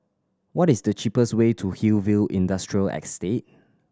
what is the cheapest way to Hillview Industrial Estate